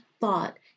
thought